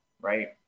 right